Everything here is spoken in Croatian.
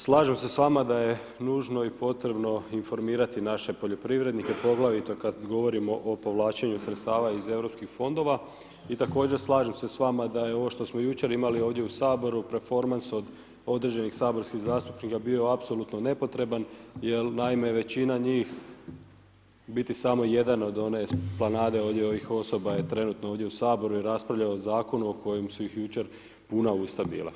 Slažem se s vama da je nužno i potrebno informirati naše poljoprivrednike, poglavito kad govorimo o povlačenju sredstava iz Europskih fondova i također slažem se s vama da je ovo što smo jučer imali ovdje u Saboru performans od određenih saborskih zastupnika bio apsolutno nepotreban jel naime većina njih, u biti samo jedan od one esplanade ovdje ovih osoba je trenutno ovdje u Saboru i raspravlja o Zakonu o kojim su ih jučer puna usta bila.